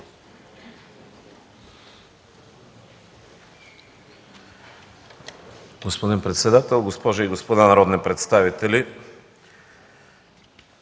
Господин председател, госпожи и господа народни представители!